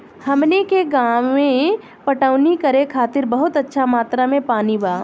हमनी के गांवे पटवनी करे खातिर बहुत अच्छा मात्रा में पानी बा